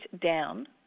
down